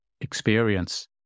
experience